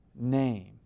name